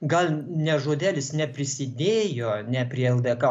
gal ne žodelis ne prisidėjo ne prie ldk